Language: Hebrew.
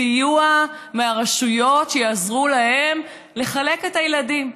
סיוע מהרשויות, כדי שיעזרו להם לחלוק את הילדים.